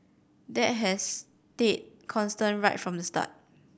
that has stayed constant right from the start